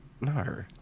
No